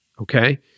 Okay